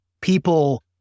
people